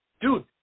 dude